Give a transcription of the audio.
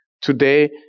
Today